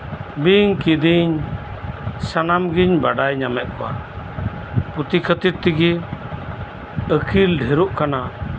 ᱵᱤᱧ ᱠᱤᱫᱤᱧ ᱥᱟᱱᱟᱢ ᱜᱤᱧ ᱵᱟᱲᱟᱭ ᱧᱟᱢᱮᱜ ᱠᱚᱣᱟ ᱯᱩᱛᱷᱤ ᱠᱷᱟᱹᱛᱤᱨ ᱛᱮᱜᱮ ᱟᱹᱠᱤᱞ ᱰᱷᱮᱨᱚᱜ ᱠᱟᱱᱟ